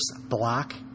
Block